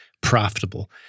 profitable